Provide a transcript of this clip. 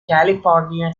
california